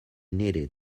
needed